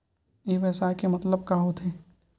ई व्यवसाय के मतलब का होथे?